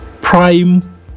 prime